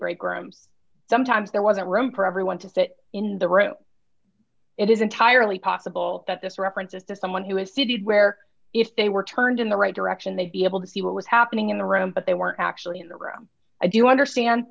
break grams sometimes there wasn't room for everyone to sit in the room it is entirely possible that this reference is to someone who is fitted where if they were turned in the right direction they'd be able to see what was happening in the room but they weren't actually in the room i do understand